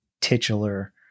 titular